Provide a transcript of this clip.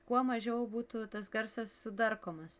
kuo mažiau būtų tas garsas sudarkomas